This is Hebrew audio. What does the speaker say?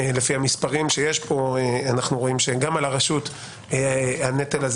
לפי המספרים שיש פה אנחנו רואים שגם על הרשות הנטל הזה